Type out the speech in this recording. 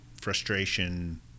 frustration